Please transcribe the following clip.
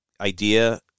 idea